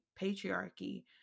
patriarchy